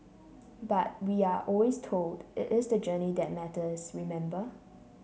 but we are always told it is the journey that matters remember